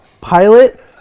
Pilot